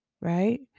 right